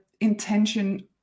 intention